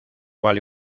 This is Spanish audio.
vale